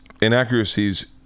inaccuracies